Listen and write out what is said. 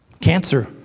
cancer